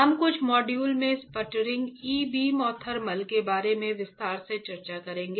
हम कुछ मॉड्यूल में स्पटरिंग ई बीम और थर्मल के बारे में विस्तार से चर्चा करेंगे